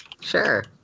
Sure